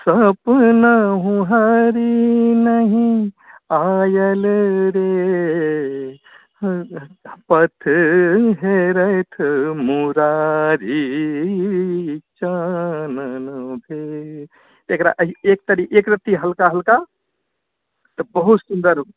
सपनहुँ हरि नहि आयल रे पथ हेरैत मुरारी चानन भेल एकरा अहि एक रती हल्का हल्का तऽ बहुत सुन्दर